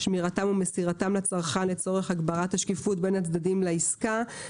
שמירתם ומסירתם לצרכן לצורך הגברת השקיפות בין הצדדים לעסקה.